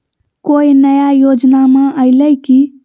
कोइ नया योजनामा आइले की?